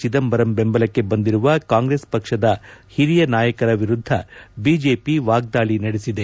ಚಿದಂಬರಂ ಬೆಂಬಲಕ್ಕೆ ಬಂದಿರುವ ಕಾಂಗ್ರೆಸ್ ಪಕ್ಷದ ಹಿರಿಯ ನಾಯಕರ ವಿರುದ್ದ ಬಿಜೆಪಿ ವಾಗ್ಡಾಳಿ ನಡೆಸಿದೆ